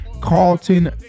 Carlton